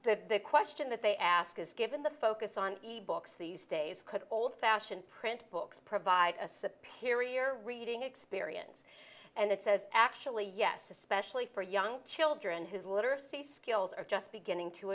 the question that they ask is given the focus on e books these days could old fashioned print books provide a sippy or ear reading experience and it says actually yes especially for young children whose literacy skills are just beginning to